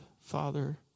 Father